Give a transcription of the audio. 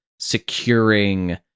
securing